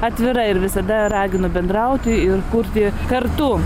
atvira ir visada raginu bendrauti ir kurti kartu